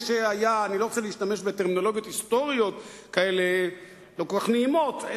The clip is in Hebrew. אני לא רוצה להשתמש בטרמינולוגיות היסטוריות לא כל כך נעימות,